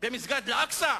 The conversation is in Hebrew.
במסגד אל-אקצא?